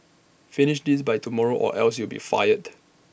finish this by tomorrow or else you'll be fired